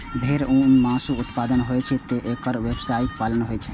भेड़ सं ऊन आ मासु के उत्पादन होइ छैं, तें एकर व्यावसायिक पालन होइ छै